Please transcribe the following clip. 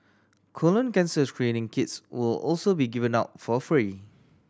colon cancer screening kits will also be given out for free